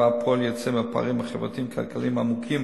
פועל יוצא מהפערים החברתיים-כלכליים העמוקים